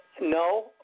No